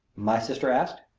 my sister asked.